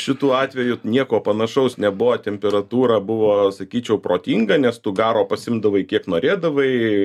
šituo atveju nieko panašaus nebuvo temperatūra buvo sakyčiau protinga nes tu garo pasiimdavai kiek norėdavai